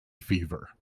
fever